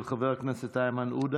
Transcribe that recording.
של חבר הכנסת איימן עודה,